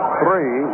three